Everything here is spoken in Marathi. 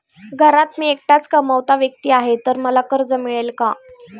घरात मी एकटाच कमावता व्यक्ती आहे तर मला कर्ज मिळेल का?